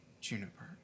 Juniper